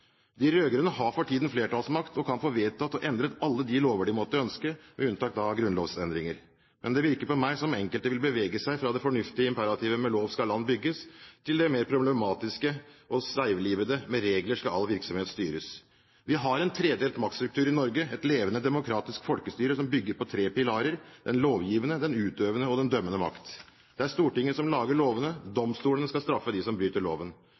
De rød-grønne har for tiden flertallsmakt, og kan få vedtatt og endret alle de lover de måtte ønske, med unntak av grunnlovsendringer. Men det virker på meg som om enkelte vil bevege seg fra det fornuftige imperativet «med lov skal land bygges» til det mer problematiske og seiglivede «med regler skal all virksomhet styres». Vi har en tredelt maktstruktur i Norge – et levende demokratisk folkestyre som bygger på tre pilarer: den lovgivende, den utøvende og den dømmende makt. Det er Stortinget som lager lovene, og domstolene skal straffe dem som bryter loven.